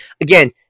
again